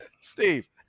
Steve